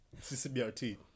CCBRT